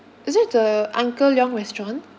is it the uncle leong restaurant